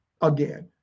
again